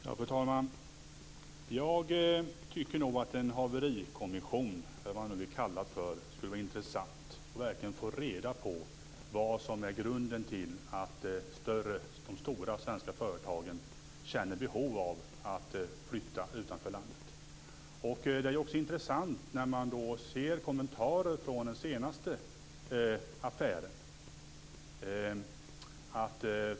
Fru talman! Jag tycker nog att en haverikommission, eller vad man nu vill kalla det, skulle vara intressant. Då skulle man verkligen få reda på vad som är grunden till att de stora svenska företagen känner behov av att flytta utanför landet. Det är också intressant när man ser kommentarer från den senaste affären.